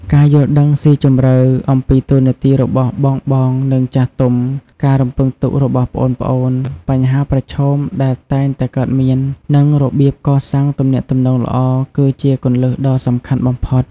ការយល់ដឹងស៊ីជម្រៅ អំពីតួនាទីរបស់បងៗ និងចាស់ទុំ ការរំពឹងទុករបស់ប្អូនៗ បញ្ហាប្រឈមដែលតែងតែកើតមាន និងរបៀបកសាងទំនាក់ទំនងល្អ គឺជាគន្លឹះដ៏សំខាន់បំផុត។